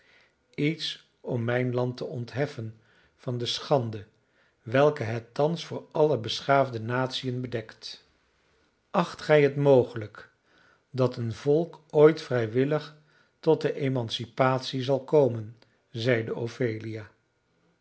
iets om mijn land te ontheffen van de schande welke het thans voor alle beschaafde natiën bedekt acht gij het mogelijk dat een volk ooit vrijwillig tot de emancipatie zal komen zeide